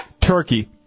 Turkey